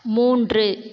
மூன்று